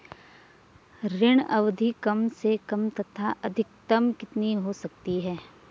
ऋण अवधि कम से कम तथा अधिकतम कितनी हो सकती है?